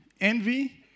envy